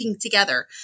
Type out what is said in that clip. together